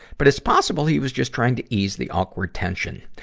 but it's possible he was just trying to ease the awkward tension.